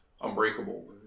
Unbreakable